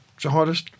jihadist